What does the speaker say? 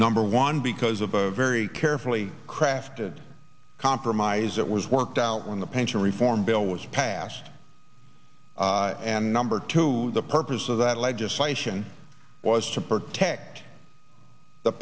number one because of a very carefully crafted compromise that was worked out when the pension reform bill was passed and number two the purpose of that legislation was to protect the